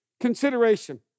Consideration